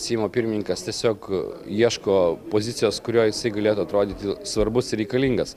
seimo pirmininkas tiesiog aaa ieško pozicijos kurioj jisai galėtų atrodyti svarbus ir reikalingas